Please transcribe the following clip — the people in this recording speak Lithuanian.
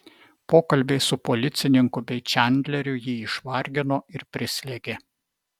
pokalbiai su policininku bei čandleriu jį išvargino ir prislėgė